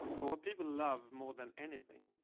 well, what people love more than anything